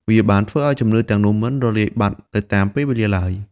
វាបានធ្វើឲ្យជំនឿទាំងនោះមិនរលាយបាត់ទៅតាមពេលវេលាឡើយ។